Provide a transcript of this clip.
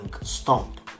Stomp